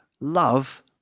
love